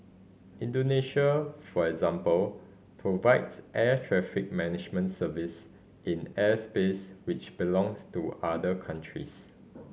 Indonesia for example provides air traffic management service in airspace which belongs to other countries